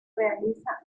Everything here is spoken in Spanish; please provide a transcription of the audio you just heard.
realiza